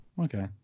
okay